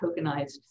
tokenized